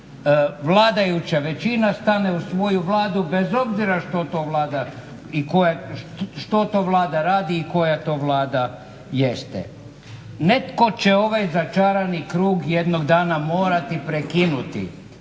vladajuća većina stane uz svoju Vladu bez obzira što to Vlada radi i koja to Vlada jeste. Netko će ovaj začarani krug jednog dana morati prekinuti.